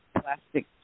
plastic